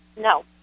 No